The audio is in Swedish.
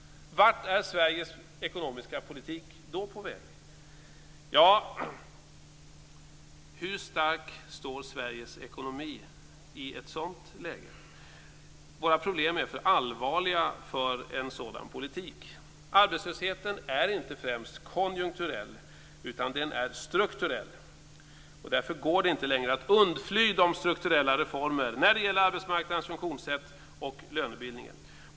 Vart är Sveriges ekonomiska politik då på väg? Hur stark står Sveriges ekonomi i ett sådant läge? Våra problem är för allvarliga för en sådan politik. Arbetslösheten är inte främst konjunkturell, utan den är strukturell. Därför går det inte längre att undfly strukturella reformer när det gäller arbetsmarknadens funktionssätt och lönebildningen. Fru talman!